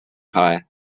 pie